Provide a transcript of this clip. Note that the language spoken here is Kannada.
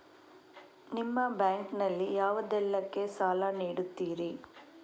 ನಿಮ್ಮ ಬ್ಯಾಂಕ್ ನಲ್ಲಿ ಯಾವುದೇಲ್ಲಕ್ಕೆ ಸಾಲ ನೀಡುತ್ತಿರಿ?